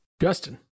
Justin